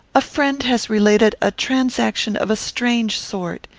a friend has related a transaction of a strange sort.